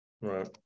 Right